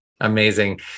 Amazing